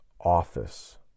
office